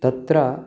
तत्र